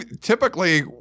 typically